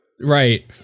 right